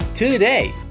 Today